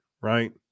right